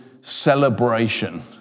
celebration